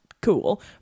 cool